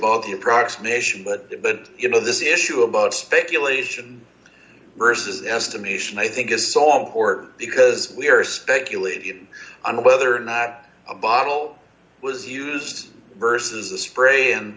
the approximation but but you know this issue about speculation versus the estimation i think is so important because we are speculating on whether or not a bottle was used versus a spray and